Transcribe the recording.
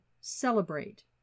celebrate